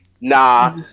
nah